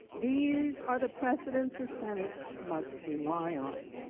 these are the precedents a senate must rely on.